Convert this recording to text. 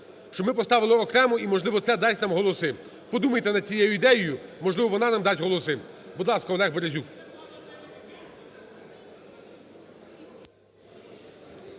щоб ми поставили окремо, і, можливо, це дасть нам голоси. Подумайте над цією ідеєю, можливо, вона нам дасть голоси. Будь ласка, Олег Березюк.